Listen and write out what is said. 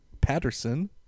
Patterson